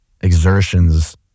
exertions